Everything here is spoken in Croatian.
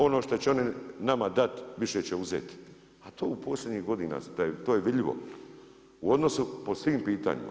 Ono što će oni nama dati više će uzeti a to u posljednjih godina to je vidljivo u odnosu po svim pitanjima.